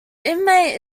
inmate